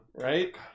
Right